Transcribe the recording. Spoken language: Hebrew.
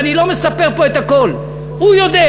ואני לא מספר פה את הכול, הוא יודע,